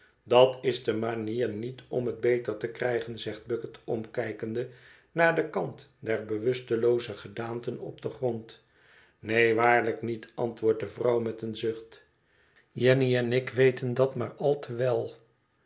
dat is de manier niet om het beter te krijgen zegt bucket omkijkende naar den kant der bewustelooze gedaanten op den grond neen waarlijk niet antwoordt de vrouw met een zucht jenny en ik weten dat maar al te wel